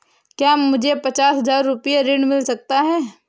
क्या मुझे पचास हजार रूपए ऋण मिल सकता है?